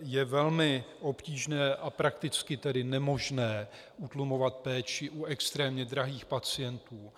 Je velmi obtížné a prakticky nemožné utlumovat péči u extrémně drahých pacientů.